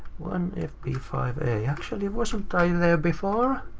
one f b five a. actually, wasn't i there before?